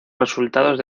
resultados